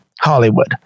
Hollywood